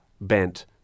bent